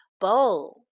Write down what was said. bowl